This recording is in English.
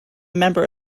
member